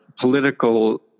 Political